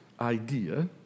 idea